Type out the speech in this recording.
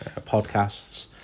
podcasts